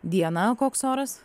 dieną koks oras